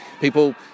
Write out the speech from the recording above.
People